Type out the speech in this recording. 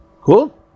Cool